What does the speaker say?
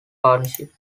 partnerships